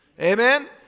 Amen